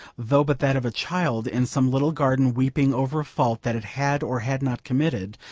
though but that of a child, in some little garden weeping over a fault that it had or had not committed,